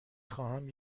خواهم